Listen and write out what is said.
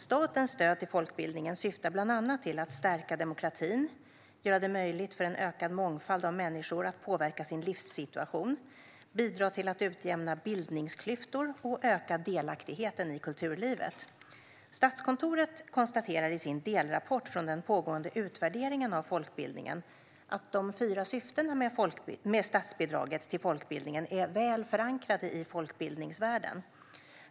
Statens stöd till folkbildningen syftar bland annat till att stärka demokratin, göra det möjligt för en ökad mångfald av människor att påverka sin livssituation, bidra till att utjämna bildningsklyftor och öka delaktigheten i kulturlivet. Statskontoret konstaterar i sin delrapport från den pågående utvärderingen av folkbildningen att de fyra syftena med statsbidraget till folkbildningen är väl förankrade i folkbildningsvärlden.